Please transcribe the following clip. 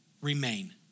remain